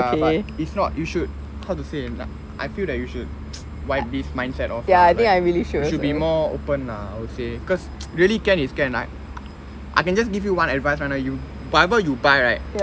ah but it's not you should how to see na~ I feel that you should wipe this mindset off lah you should be more open ah I would say cause really can is can I I can just give you one advise one ah whatever you buy right